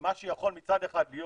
מה שיכול מצד אחד להיות